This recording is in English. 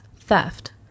theft